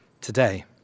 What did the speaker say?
today